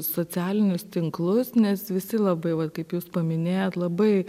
socialinius tinklus nes visi labai vat kaip jūs paminėjot labai